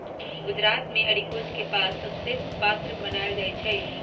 गुजरात मे अरिकोच के पात सभसे पत्रा बनाएल जाइ छइ